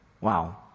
Wow